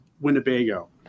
Winnebago